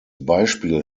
beispiel